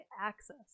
access